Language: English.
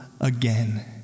again